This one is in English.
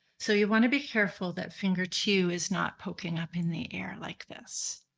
so you want to be careful that finger two is not poking up in the air like this.